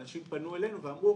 אנשים פנו אלינו ואמרו,